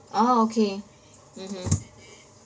orh okay mmhmm